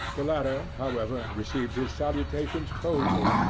the latter, however, received his salutations coldly,